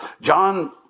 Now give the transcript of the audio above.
John